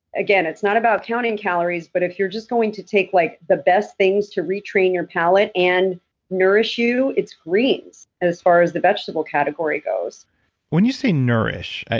again, it's not about counting calories, but if you're just going to take like the best things to retrain your palate and nourish you, it's greens as far as the vegetable category goes when you say nourish,